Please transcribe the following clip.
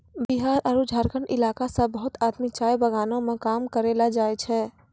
बिहार आरो झारखंड इलाका सॅ बहुत आदमी चाय बगानों मॅ काम करै ल जाय छै